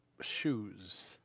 shoes